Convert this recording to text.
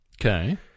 Okay